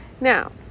Now